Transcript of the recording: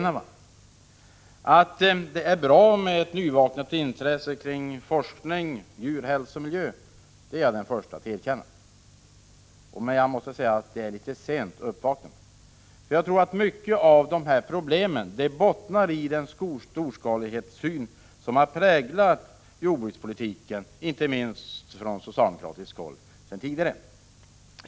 Jag är den förste att erkänna att det är bra med det nyvaknade intresset för forskning om djurhälsa och miljö, men det är ett något sent uppvaknande. Jag tror nämligen att mycket av dessa problem bottnar i den storskalighetssyn som har präglat inte minst den tidigare förda socialdemokratiska jordbrukspolitiken.